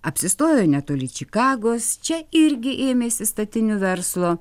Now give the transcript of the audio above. apsistojo netoli čikagos čia irgi ėmėsi statinių verslo